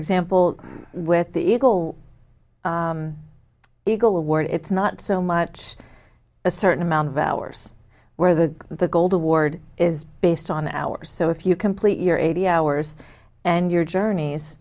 example with the eagle eagle award it's not so much a certain amount of hours where the the gold award is based on hours so if you complete your eighty hours and your journeys